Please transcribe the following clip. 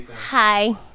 Hi